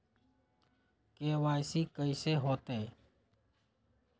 KYC कैसे होतई?